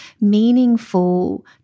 meaningful